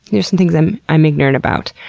here are some things i'm i'm ignorant about.